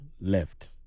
left